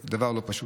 זה דבר לא פשוט.